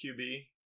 QB